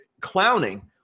clowning